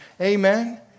Amen